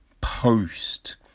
post